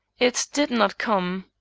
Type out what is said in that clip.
it did not come.